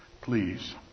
please